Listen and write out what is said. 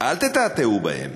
אל תתעתעו בהם,